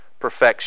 perfection